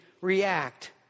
react